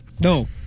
No